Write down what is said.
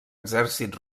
exèrcit